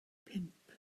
pump